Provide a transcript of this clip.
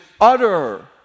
utter